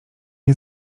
nie